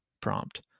prompt